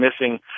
missing